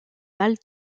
mal